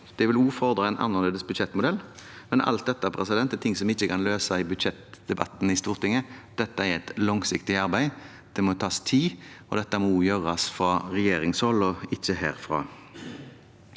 Det vil også fordre en annerledes budsjettmodell. Alt dette er ting som vi ikke kan løse i budsjettdebatten i Stortinget. Det er et langsiktig arbeid, det må gis tid, og det må gjøres fra regjeringshold og ikke herfra.